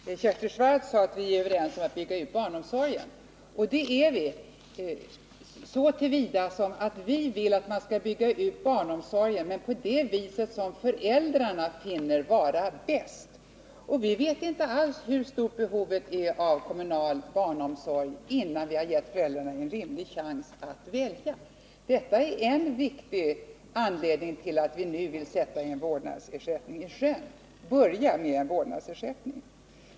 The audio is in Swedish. Herr talman! Kersti Swartz sade att vi är överens om att bygga ut barnomsorgen. Det är vi så till vida som att vi vill att man skall bygga ut barnomsorgen men på det vis som föräldrarna finner vara bäst. Vi vet inte alls hur stort behovet är av kommunal barnomsorg innan vi givit föräldrarna en rimlig chans att välja. Detta är en viktig anledning till att vi nu vill börja med en vårdnadsersättning.